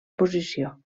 posició